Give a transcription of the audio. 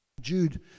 Jude